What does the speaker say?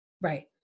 Right